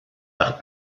par